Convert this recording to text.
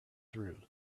through